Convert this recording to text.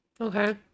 Okay